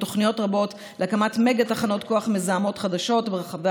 עוד תוכניות רבות להקמת מגה תחנות כוח מזהמות חדשות ברחבי